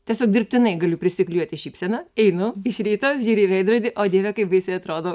tiesiog dirbtinai galiu prisiklijuoti šypseną einu iš ryto žiūriu į veidrodį o dieve kaip baisiai atrodau